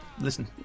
Listen